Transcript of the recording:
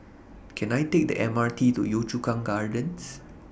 Can I Take The M R T to Yio Chu Kang Gardens